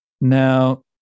Now